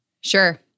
Sure